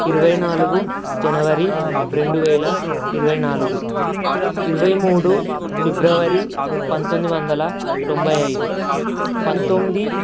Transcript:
ఇరవై నాలుగు జనవరి రెండు వేల ఇరవై నాలుగు ఇరవై మూడు ఫిబ్రవరి పంతొమ్మిది వందల తొంభై ఐదు పంతొమ్మిది